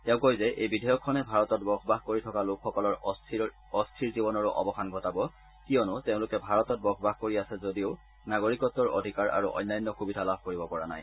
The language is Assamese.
তেও কয় যে এই বিধেয়কখনে ভাৰতত বসবাস কৰি থকা লোকসকলৰ অস্থিৰতা জীৱনৰো অৱসান ঘটাব কিয়নো তেওঁলোকে ভাৰতত বসবাস কৰি আছে যদিও নাগৰিকত্ব অধিকাৰ আৰু অন্যান্য সুবিধা লাভ কৰিব পৰা নাই